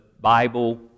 Bible